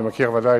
שוודאי